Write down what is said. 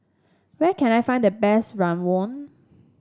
where can I find the best rawon